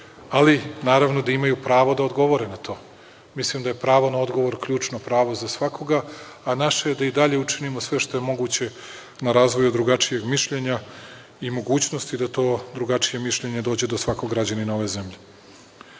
ali naravno da imaju pravo da odgovore na to. Mislim da je pravo na odgovor ključno pravo za svakoga, a naše je da i dalje učinimo sve što je moguće na razvoju drugačijeg mišljenja i mogućnosti da to drugačije mišljenje dođe do svakog građanina ove zemlje. Ono